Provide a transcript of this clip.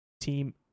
Team